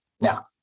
Now